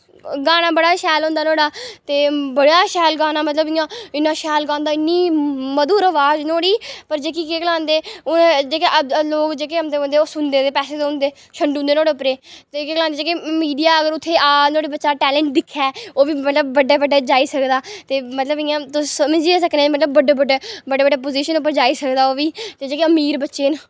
गाना बड़ा शैल होंदा नुहाड़ा ते बड़ा शैल गाना मतलब इ'यां इ'न्ना शैल गांदा इ'न्नी मधुर आवाज़ नुहाड़ी पर जेह्की केह् गलांदे हून जेह्के लोक जेह्के आंदे जंदे ओह् सुनदे ते पैसे थ्होंदे छंडूदे नुहाड़े उप्परे ई ते केह् गलांदे कि जेह्की मीडिया उ'त्थें आ नुहाड़े बिचा टैलेंट दिक्खे ओह् बी मतलब बड्डे बड्डे जाई सकदा ते मतलब इ'यां तुस समझी सकने मतलब बड्डे बड्डे बड्डे बड्डे पोजिशन पर जाई सकदा ओह् बी पर जेह्के अमीर बच्चे न